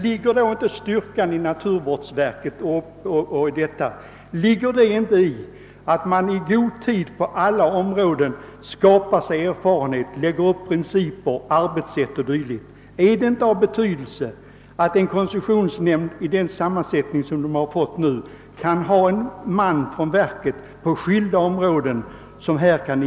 Ligger då inte naturvårdsverkets styrka i att det i god tid på alla områden skaffar sig erfarenhet, lägger upp principer, prövar arbetssätt o. d.? Det måste väl då vara betydelsefullt att koncessionsnämnden med nu föreslagen sammansättning får en man från naturvårdsverket som kan agera på skilda områden.